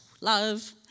love